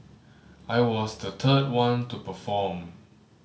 I was the third one to perform